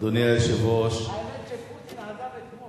אדוני היושב-ראש, האמת היא שפוטין עזב אתמול.